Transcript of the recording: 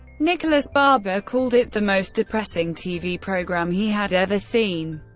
nicholas barber called it the most depressing tv programme he had ever seen.